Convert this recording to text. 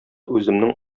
үземнең